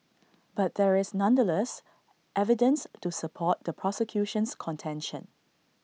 but there is nonetheless evidence to support the prosecution's contention